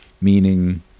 meaning